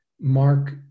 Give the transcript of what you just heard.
Mark